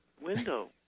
window